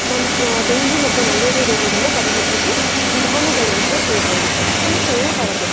ನಮ್ಮ ಡೆಂಗ್ಯೂ ಮತ್ತು ಮಲೇರಿಯಾ ರೋಗವನ್ನ ತಡೆಗಟ್ಟಲಿಕ್ಕೆ ವಿಧಾನಗಳು ಅಂತಲೇ ಹೇಳ್ಬೋದು ಇನ್ನು ಸೊಳ್ಳೆ ಪರದೆ